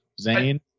Zane